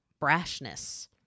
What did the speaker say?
brashness